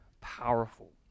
powerful